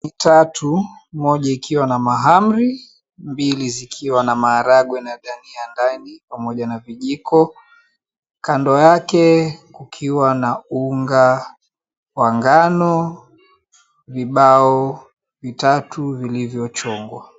Sahani tatu moja ikiwa na mahamri mbili zikiwa na maharagwe na dania ndani pamoja na vijiko kando yake kukiwa na unga wa ngano vibao vitatu vilivyo chongwa.